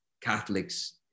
Catholics